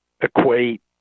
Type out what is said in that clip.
equate